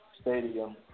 stadium